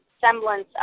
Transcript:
semblance